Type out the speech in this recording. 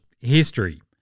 history